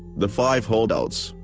the five holdouts,